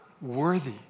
worthy